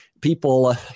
People